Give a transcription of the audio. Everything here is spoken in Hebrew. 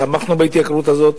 תמכנו בהתייקרות הזאת,